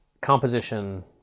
composition